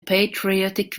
patriotic